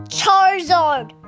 Charizard